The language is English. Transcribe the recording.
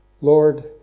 Lord